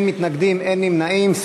אין מתנגדים, אין נמנעים.